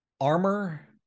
armor